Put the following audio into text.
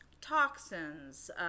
toxins